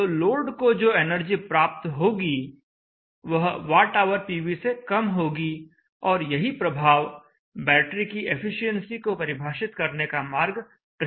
तो लोड को जो एनर्जी प्राप्त होगी वह WhPV से कम होगी और यही प्रभाव बैटरी की एफिशिएंसी को परिभाषित करने का मार्ग प्रशस्त करता है